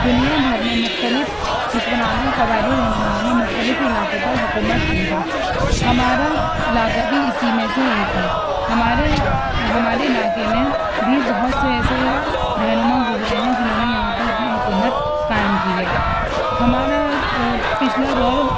دنیا بھر میں مختلف حکمرانوں اور قبائلی رہنماؤں نے مختلف علاقوں پر حکومت کی ہے ہمارا علاقہ بھی اسی میں سے ایک ہے ہمارے ہمارے علاقے میں بھی بہت سے ایسے رہنما گزرے ہیں جنہوں نے یہاں پر اپنی حکومت قائم کی ہے ہمارا پچھلا دور